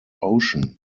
ocean